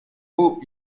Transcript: maux